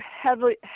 heavily